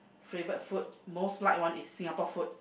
favourite food most like one is Singapore food